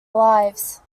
lives